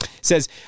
Says